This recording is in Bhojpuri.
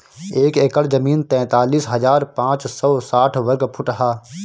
एक एकड़ जमीन तैंतालीस हजार पांच सौ साठ वर्ग फुट ह